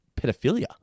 pedophilia